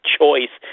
choice